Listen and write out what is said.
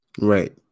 Right